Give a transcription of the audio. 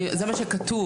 זה מה שכתוב.